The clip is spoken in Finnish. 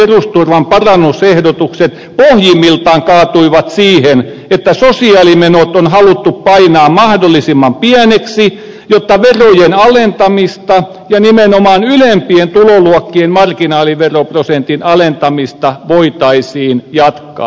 hänen mukaansa sata komiteassa perusturvan parannusehdotukset pohjimmiltaan kaatuivat siihen että sosiaalimenot on haluttu painaa mahdollisimman pieniksi jotta verojen alentamista ja nimenomaan ylempien tuloluokkien marginaaliveroprosentin alentamista voitaisiin jatkaa